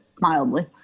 mildly